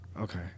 Okay